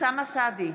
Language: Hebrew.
אוסאמה סעדי,